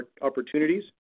opportunities